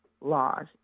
laws